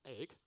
Egg